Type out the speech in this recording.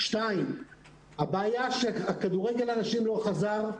לגבי זה שכדורגל הנשים לא חזר,